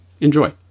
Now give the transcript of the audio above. Enjoy